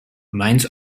mines